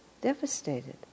devastated